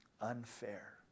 unfair